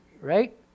right